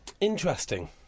Interesting